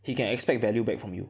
he can expect value back from you